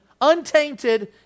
untainted